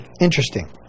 Interesting